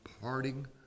parting